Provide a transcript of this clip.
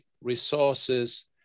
resources